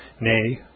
nay